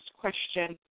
question